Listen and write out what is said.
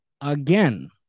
again